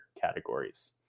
categories